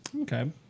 okay